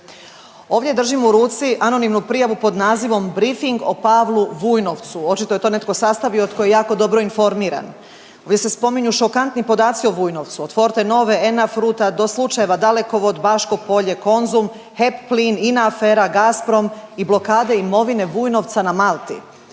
Ovdje držim u ruci anonimnu prijavu pod nazivom Brifing o Pavlu Vujnovcu, očito je to netko sastavio tko je jako dobro informiran. Ovdje se spominju šokantni podaci o Vujnovcu, od Fortenove, Ena Fruita do slučajeva Dalekovod, Baško Polje, Konzum, HEP plin, INA afera, Gasprom i blokade imovine Vujnovca na Malti.